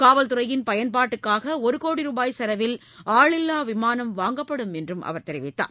காவல்துறையின் பயன்பாட்டுக்காக ஒரு கோடி ரூபாய் செலவில் ஆளில்லா விமானம் வாங்கப்படும் என்றும் தெரிவித்தார்